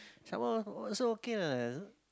some more also okay what